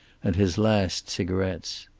and his last cigarettes.